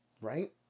Right